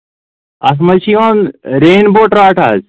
اتھ منٛز چھِ یِوان رین بو ٹراٹھ حظ